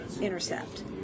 intercept